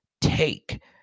take